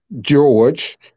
George